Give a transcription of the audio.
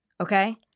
okay